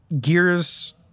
gears